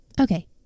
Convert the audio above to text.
Okay